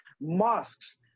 mosques